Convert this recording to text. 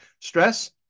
Stress